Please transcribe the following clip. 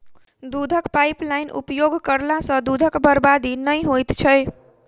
दूधक पाइपलाइनक उपयोग करला सॅ दूधक बर्बादी नै होइत छै